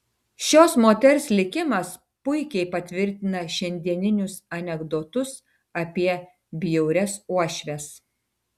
šios moters likimas puikiai patvirtina šiandieninius anekdotus apie bjaurias uošves